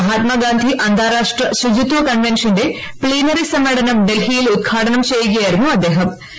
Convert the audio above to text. മഹാത്മാഗാന്ധി അന്താരാഷ്ട്ര ശുചിത്വ കൺവെൻഷന്റെ പ്ലീനറി സമ്മേളനം ഡൽഹിയിൽ ഉദ്ഘാടനം ചെയ്യുകയായിരുന്നു രാഷ്ട്രപതി